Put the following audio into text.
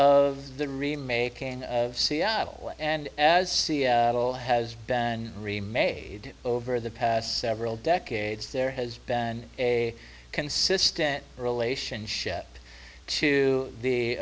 of the remaking of seattle and as has been remade over the past several decades there has been a consistent relationship to the